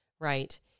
right